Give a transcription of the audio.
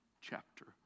chapter